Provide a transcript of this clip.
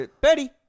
Betty